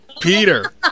Peter